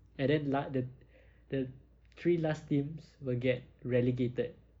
and then la~ the the three last teams will get relegated